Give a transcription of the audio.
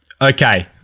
Okay